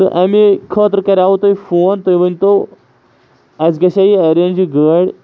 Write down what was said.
تہٕ اَمے خٲطرٕ کَریو تۄہہِ فون تُہۍ ؤنۍ تو اسہِ گژھا اٮ۪رینٛج یہِ گٲڑۍ